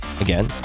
again